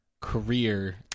career